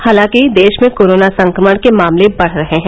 हालांकि देश में कोरोना संक्रमण के मामले बढ़ रहे हैं